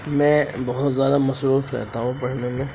میں بہت زیادہ مصروف رہتا ہوں پڑھنے میں